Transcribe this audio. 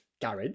Garage